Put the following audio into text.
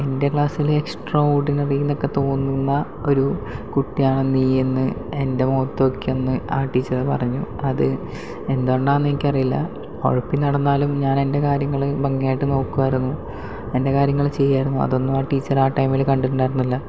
എന്റെ ക്ലാസ്സില് extra ordinary എന്നൊക്കെ തോന്നുന്ന ഒരു കുട്ടിയാണ് നീയെന്ന് എന്റെ മുഖത്തു നോക്കി അന്ന് ആ ടീച്ചറ് പറഞ്ഞു അത് എന്തുകൊണ്ടാണെന്നെനിക്കറിയില്ല ഉഴപ്പി നടന്നാലും ഞാനെന്റെ കാര്യങ്ങള് ഭംഗിയായിട്ട് നോക്കുമായിരുന്നു എന്റെ കാര്യങ്ങള് ചെയ്യുമായിരുന്നു അതൊന്നും ആ ടീച്ചർ ആ ടൈമില് കണ്ടിട്ടുണ്ടായിരുന്നില്ല